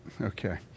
Okay